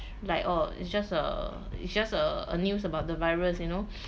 like oh it's just a it's just a a news about the virus you know